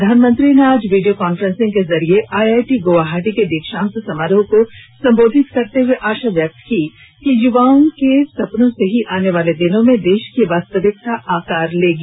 प्रधानमंत्री ने आज वीडियो कान्फ्रेंस के जरिए आईआईटी गुवाहाटी के दीक्षान्त समारोह को संबोधित करते हुए आशा व्यक्त की कि युवाओं के सपनों से ही आने वाले दिनों में देश की वास्तविकता आकार लेगी